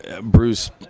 Bruce